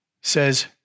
says